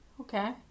Okay